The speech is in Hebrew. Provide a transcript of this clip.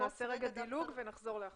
נעשה דילוג ונחזור לאחור.